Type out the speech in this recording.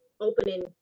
opening